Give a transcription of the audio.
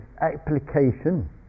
application